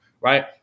Right